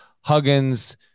Huggins